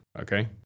okay